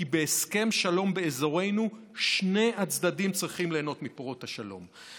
כי בהסכם שלום באזורינו שני הצדדים צריכים ליהנות מפירות השלום.